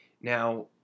now